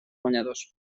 guanyadors